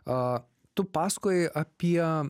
a tu pasakojai apie